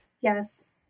yes